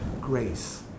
grace